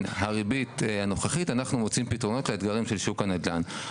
הריבית הנוכחית אנחנו מוצאים פתרונות לאתגרים של שוק הנדל"ן.